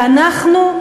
ואנחנו,